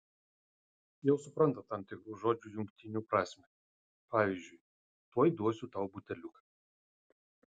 jau supranta tam tikrų žodžių jungtinių prasmę pavyzdžiui tuoj duosiu tau buteliuką